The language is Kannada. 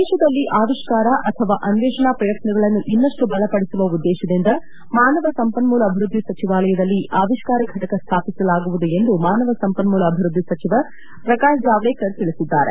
ದೇಶದಲ್ಲಿ ಅವಿಷ್ಕಾರ ಅಥವಾ ಅನ್ವೇಷಣಾ ಪ್ರಯತ್ನಗಳನ್ನು ಇನ್ನಷ್ಟು ಬಲಪಡಿಸುವ ಉದ್ದೇಶದಿಂದ ಮಾನವ ಸಂಪನ್ಮೂಲ ಅಭಿವೃದ್ಧಿ ಸಚಿವಾಲಯದಲ್ಲಿ ಆವಿಷ್ಕಾರ ಘಟಕ ಸ್ಥಾಪಿಸಲಾಗುವುದು ಎಂದು ಮಾನವ ಸಂಪನ್ಮೂಲ ಅಭಿವೃದ್ಧಿ ಸಚಿವ ಪ್ರಕಾಶ್ ಜಾವ್ಡೇಕರ್ ತಿಳಿಸಿದ್ದಾರೆ